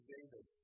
David